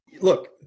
Look